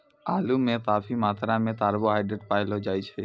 आलू म काफी मात्रा म कार्बोहाइड्रेट पयलो जाय छै